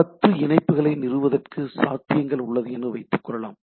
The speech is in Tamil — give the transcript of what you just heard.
எனவே பத்து இணைப்புகளை நிறுவுவதற்கான சாத்தியங்கள் உள்ளது என்று வைத்துக்கொள்ளலாம்